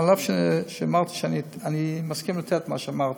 אף שאמרתי שאני מסכים לתת מה שאמרתי.